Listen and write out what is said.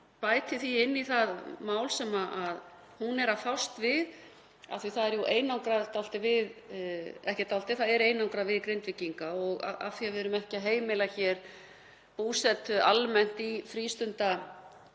bæti því inn í það mál sem hún er að fást við, af því að það er jú einangrað við Grindvíkinga og af því að við erum ekki að heimila hér búsetu almennt í frístundabyggð